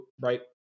Right